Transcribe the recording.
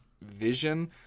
vision